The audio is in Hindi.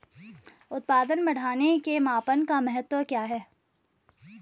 उत्पादन बढ़ाने के मापन का महत्व क्या है?